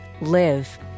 Live